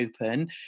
open